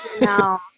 no